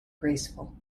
graceful